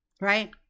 Right